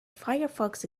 firefox